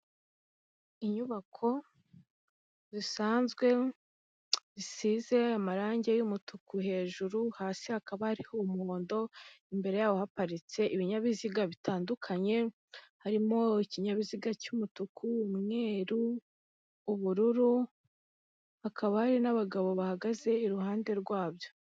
Inyubako zisanzwe zisize amarangi y'umutuku hejuru, hasi hakaba hariho umuhondo, imbere yawo haparitse ibinyabiziga bitandukanye, harimo ikinyabiziga cy'umutu, umweruru, ubururu hakaba hari n'abagabo bahagaze iruhande rwabyo.